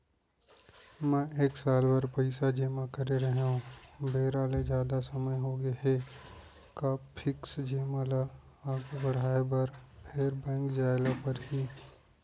मैं एक साल बर पइसा जेमा करे रहेंव, बेरा ले जादा समय होगे हे का फिक्स जेमा ल आगू बढ़ाये बर फेर बैंक जाय ल परहि?